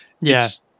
yes